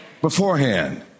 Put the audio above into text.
Beforehand